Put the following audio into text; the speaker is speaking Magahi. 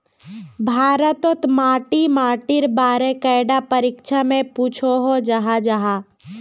भारत तोत मिट्टी माटिर बारे कैडा परीक्षा में पुछोहो जाहा जाहा?